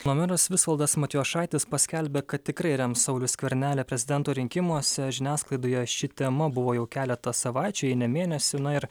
kauno meras visvaldas matijošaitis paskelbė kad tikrai rems saulių skvernelį prezidento rinkimuose žiniasklaidoje ši tema buvo jau keletą savaičių jei ne mėnesių na ir